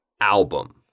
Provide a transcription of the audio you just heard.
album